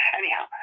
anyhow